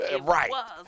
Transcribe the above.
right